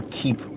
keep